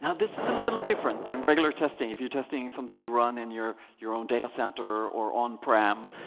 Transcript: yeah this is a little different than regular testing if you're testing something you run in your your own data center or on-prem.